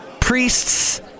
priests